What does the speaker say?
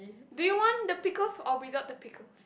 do you want the pickles or without the pickles